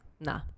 Nah